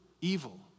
evil